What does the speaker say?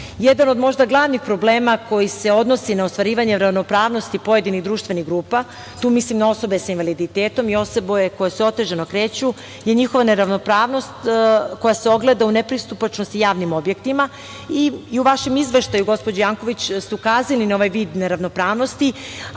razum. Jedan od možda glavnih problema koji se odnosi na ostvarivanje ravnopravnosti pojedinih društvenih grupa, tu mislim na osobe sa invaliditetom i osobe koje se otežano kreću je njihova neravnopravnost koja se ogleda u nepristupačnosti javnim objektima i u vašem izveštaju, gospođo Janković, ste ukazali na ovaj vid neravnopravnosti,